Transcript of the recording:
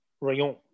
Rayon